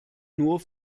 nur